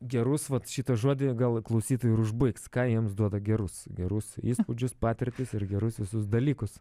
gerus vat šitą žodį gal klausytojai ir užbaigs ką jiems duoda gerus gerus įspūdžius patirtis ir gerus visus dalykus